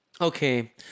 Okay